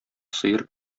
сыер